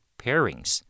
pairings